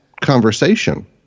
conversation